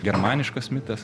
germaniškas mitas